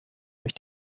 euch